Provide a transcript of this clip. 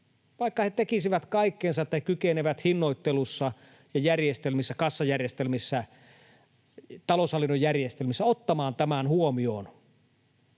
vaikka he tekisivät kaikkensa, että kykenevät hinnoittelussa ja järjestelmissä — kassajärjestelmissä, taloushallinnon järjestelmissä — ottamaan tämän huomioon,